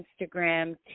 Instagram